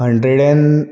hundred and